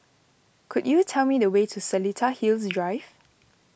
could you tell me the way to Seletar Hills Drive